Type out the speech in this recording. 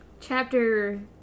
Chapter